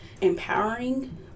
empowering